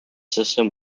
system